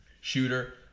shooter